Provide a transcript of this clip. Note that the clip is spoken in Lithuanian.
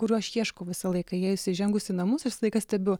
kurių aš ieškau visą laiką įėjus įžengus į namus aš visą laiką stebiu